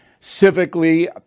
civically